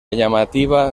llamativa